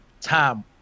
time